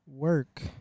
work